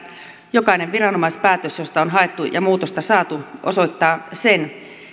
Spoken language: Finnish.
jokainen viranomaispäätös johon on haettu muutosta ja saatu osoittaa sen